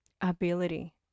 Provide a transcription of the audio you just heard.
ability